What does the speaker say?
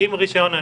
עם רישיון הנשק,